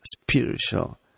spiritual